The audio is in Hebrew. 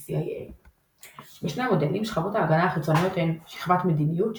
– CIA. בשני המודלים שכבות ההגנה החיצוניות הן שכבת מדיניות,